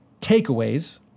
takeaways